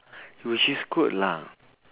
which is good lah